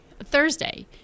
Thursday